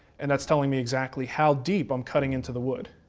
and that's telling me exactly how deep i'm cutting into the wood.